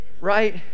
Right